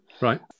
Right